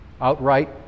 outright